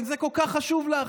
אם זה כל כך חשוב לך,